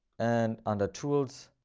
and under tools,